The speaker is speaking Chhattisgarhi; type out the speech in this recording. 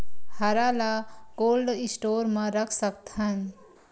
हरा ल कोल्ड स्टोर म रख सकथन?